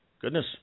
Goodness